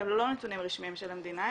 והם לא נתונים רשמיים של המדינה,